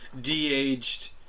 de-aged